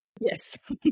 Yes